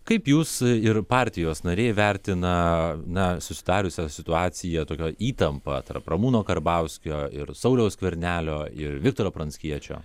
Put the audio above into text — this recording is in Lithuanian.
kaip jūs ir partijos nariai vertina na susidariusią situaciją tokią įtampą tarp ramūno karbauskio ir sauliaus skvernelio ir viktoro pranckiečio